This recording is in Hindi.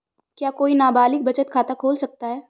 क्या कोई नाबालिग बचत खाता खोल सकता है?